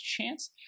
chance